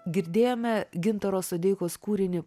girdėjome gintaro sodeikos kūrinį